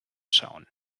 schauen